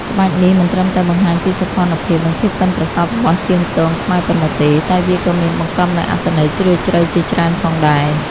ក្បាច់នេះមិនត្រឹមតែបង្ហាញពីសោភ័ណភាព និងភាពប៉ិនប្រសប់របស់ជាងទងខ្មែរប៉ុណ្ណោះទេ តែវាក៏មានបង្កប់នូវអត្ថន័យជ្រាលជ្រៅជាច្រើនផងដែរ។